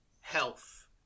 health